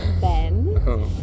Ben